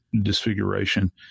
disfiguration